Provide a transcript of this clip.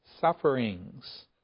sufferings